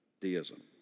deism